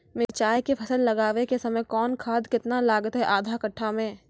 मिरचाय के फसल लगाबै के समय कौन खाद केतना लागतै आधा कट्ठा मे?